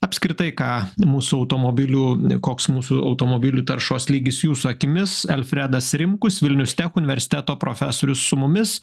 apskritai ką mūsų automobilių koks mūsų automobilių taršos lygis jūsų akimis alfredas rimkus vilnius tech universiteto profesorius su mumis